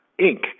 Inc